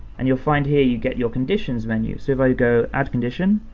and you'll find here you get your conditions menu. so if i go add condition,